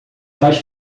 faz